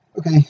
Okay